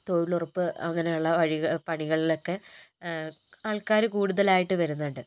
തൊഴിലുറപ്പ് അങ്ങനെയുള്ള പണികളിലൊക്കെ ആൾക്കാർ കുടുതലായിട്ട് വരുന്നുണ്ട്